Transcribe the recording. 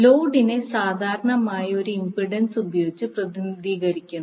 ലോഡിനെ സാധാരണയായി ഒരു ഇംപെഡൻസ് ഉപയോഗിച്ച് പ്രതിനിധീകരിക്കുന്നു